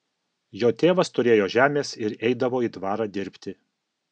jo tėvas turėjo žemės ir eidavo į dvarą dirbti